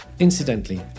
Incidentally